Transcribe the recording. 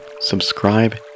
subscribe